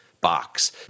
box